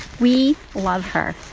we love her.